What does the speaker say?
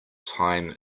time